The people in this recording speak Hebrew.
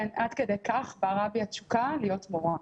כן, עד כדי כך בערה בי התשוקה להיות מורה.